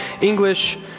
English